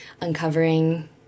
uncovering